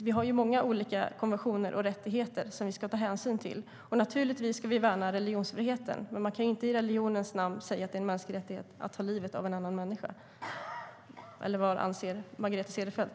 Vi har många konventioner och rättigheter att ta hänsyn till, och naturligtvis ska vi värna religionsfriheten. Men man kan inte i religionens namn, genom att säga att det är en mänsklig rättighet, ta livet av en annan människa. Eller vad anser Margareta Cederfelt?